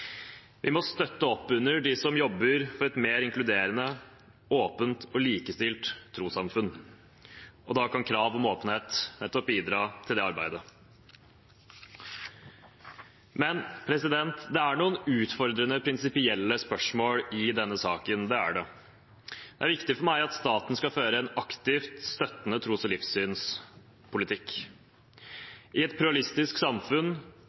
Vi må støtte opp om dem som jobber for et mer inkluderende, åpent og likestilt trossamfunn, og krav om åpenhet kan bidra til det arbeidet. Men det er noen utfordrende prinsipielle spørsmål i denne saken. Det er viktig for meg at staten skal føre en aktivt støttende tros- og livssynspolitikk. I et pluralistisk samfunn